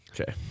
Okay